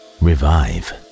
revive